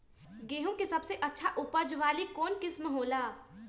गेंहू के सबसे अच्छा उपज वाली कौन किस्म हो ला?